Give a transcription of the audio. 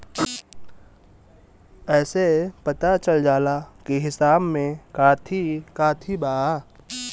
एसे पता चल जाला की हिसाब में काथी काथी बा